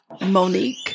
Monique